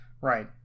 Right